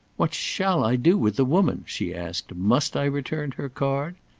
what shall i do with the woman? she asked must i return her card?